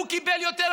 הוא קיבל יותר,